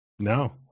No